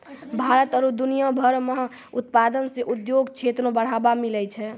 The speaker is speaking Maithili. भारत आरु दुनिया भर मह उत्पादन से उद्योग क्षेत्र मे बढ़ावा मिलै छै